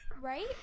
right